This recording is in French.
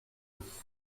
dix